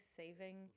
saving